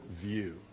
view